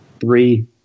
Three